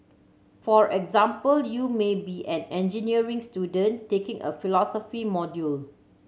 for example you may be an engineering student taking a philosophy module